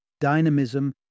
dynamism